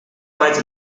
quite